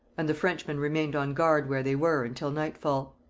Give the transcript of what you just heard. and the frenchmen remained on guard where they were until nightfall.